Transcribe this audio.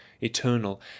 eternal